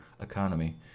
economy